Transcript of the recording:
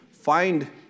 Find